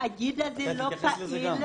התאגיד הזה לא פעיל.